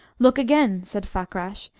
look again! said fakrash,